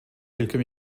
quelques